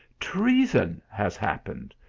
treason has happened!